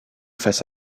face